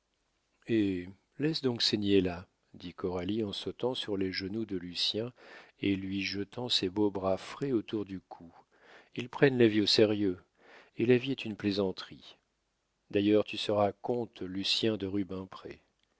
laisse donc ces niais là dit coralie en sautant sur les genoux de lucien et lui jetant ses beaux bras frais autour du cou ils prennent la vie au sérieux et la vie est une plaisanterie d'ailleurs tu seras comte lucien de rubempré je